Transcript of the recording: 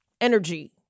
energy